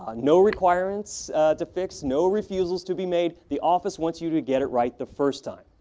ah no requirements to fix. no refusals to be made. the office wants you to get it right the first time.